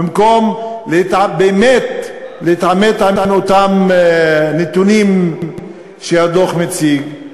במקום באמת להתעמת עם אותם נתונים שהדוח מציג.